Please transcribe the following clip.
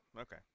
okay